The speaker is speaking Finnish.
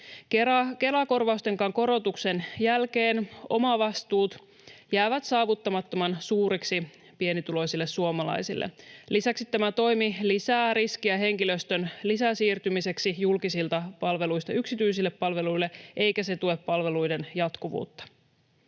Kela-korvauksen korotuksenkin jälkeen omavastuut jäävät saavuttamattoman suuriksi pienituloisille suomalaisille. Lisäksi tämä toimi lisää riskiä henkilöstön lisäsiirtymiseksi julkisilta palveluilta yksityisille palveluille eikä se tue palveluiden jatkuvuutta.